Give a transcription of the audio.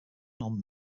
non